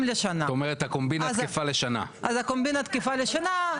כלומר הקומבינה תקפה לשנה.